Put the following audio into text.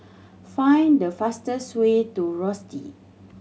find the fastest way to Rosyth